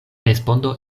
respondo